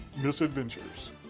misadventures